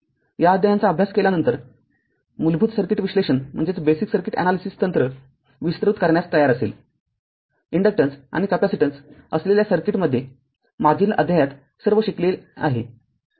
या अध्यायांचा अभ्यास केल्यानंतर मूलभूत सर्किट विश्लेषण तंत्र विस्तृत करण्यास तयार असेल इन्डक्टन्स आणि कॅपेसिटन्स असलेल्या सर्किटमध्ये मागील अध्यायात सर्व शिकलेले आहे